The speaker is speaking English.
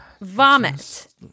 Vomit